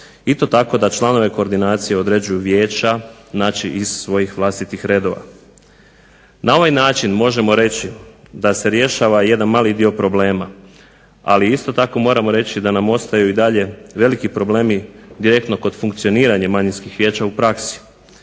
i to tako da članove koordinacije određuju vijeća znači iz svojih vlastitih redova. Na ovaj način možemo reći da se rješava jedan mali dio problema, ali isto tako moramo reći da nam ostaju i dalje veliki problemi direktno kod funkcioniranja manjinskih vijeća u praksi